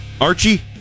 Archie